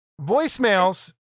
Voicemails